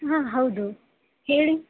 ಹಾಂ ಹೌದು ಹೇಳಿ